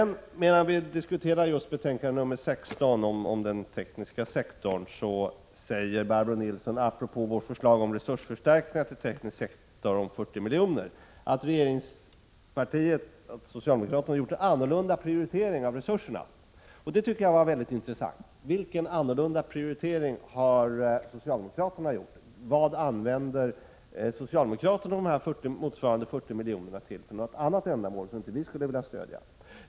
När vi diskuterar betänkande 16 om den tekniska utbildningen säger Barbro Nilsson apropå vårt förslag om resursförstärkningar till teknisk sektor med 40 milj.kr. att socialdemokraterna gjort en annorlunda prioritering av resurserna. Det tycker jag är väldigt intressant. Vilken annorlunda prioritering har socialdemokraterna gjort? Vad använder socialdemokraterna dessa 40 miljoner till för annat ändamål, som inte vi skulle vilja stödja?